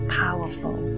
powerful